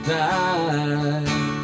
die